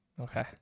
Okay